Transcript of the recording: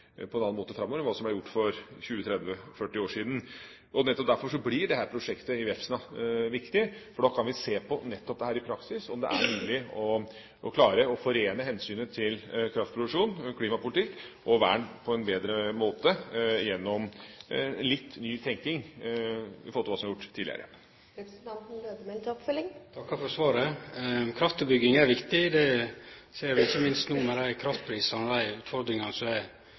på en annen måte framover enn hva som er gjort for 20, 30, 40 år siden. Nettopp derfor blir dette prosjektet i Vefsna viktig, for da kan vi se på nettopp dette i praksis, om det er mulig å klare å forene hensynet til kraftproduksjon, klimapolitikk og vern på en bedre måte gjennom litt ny tenkning i forhold til hva som er gjort tidligere. Eg takkar for svaret. Kraftutbygging er viktig. Det ser vi ikkje minst no med dei kraftprisane og dei utfordringane som er